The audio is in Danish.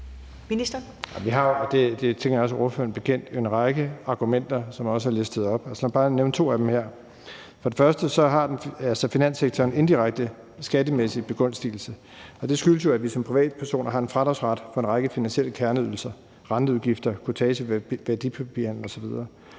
dem tænker jeg også er ordføreren bekendt. Lad mig bare nævne to af dem her. For det første har finanssektoren indirekte en skattemæssig begunstigelse, og det skyldes jo, at vi som privatpersoner har en fradragsret på en række finansielle kerneydelser – renteudgifter, kurtage af værdipapirer osv.